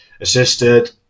assisted